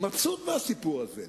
מבסוט מהסיפור הזה.